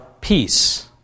peace